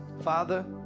father